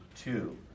two